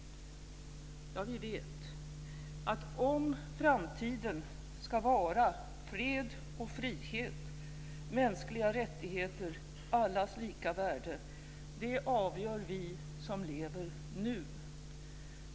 Vi vet att om framtiden ska vara fred och frihet, mänskliga rättigheter, allas lika värde, avgörs av oss som lever nu.